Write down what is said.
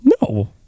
No